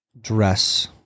dress